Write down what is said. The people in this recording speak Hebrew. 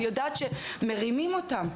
אני יודעת שמרימים אותם.